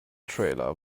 trailer